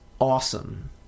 awesome